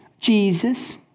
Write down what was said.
Jesus